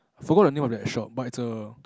forgot the name of that shop but it's a